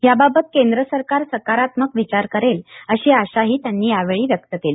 याबाबत केंद्र सरकार सकारात्मक विचार करेल अशी आशाही त्यांनी यावेळी व्यक्त केली